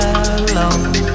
alone